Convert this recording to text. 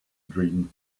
dream